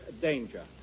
danger